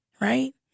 right